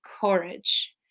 courage